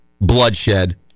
bloodshed